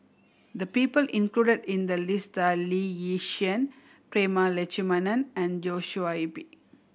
the people included in the list are Lee Yi Shyan Prema Letchumanan and Joshua Ip